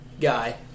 guy